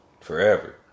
forever